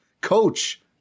Coach